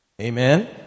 Amen